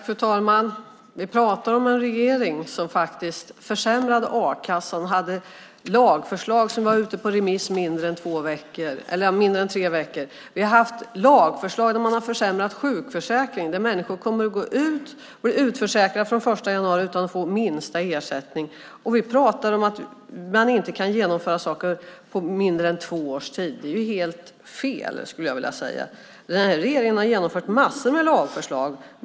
Fru talman! Vi pratar om en regering som försämrat a-kassan och haft lagförslag som var ute på remiss mindre än tre veckor. Vi har haft lagförslag där man har försämrat sjukförsäkringen. Människor kommer att gå ut och bli utförsäkrade från den 1 januari utan att få minsta ersättning. Och vi pratar om att man inte kan genomföra saker på mindre än två års tid. Det är helt fel, skulle jag vilja säga. Den här regeringen har genomfört massor med lagförslag.